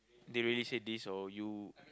they really say this or you